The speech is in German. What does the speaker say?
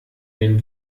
den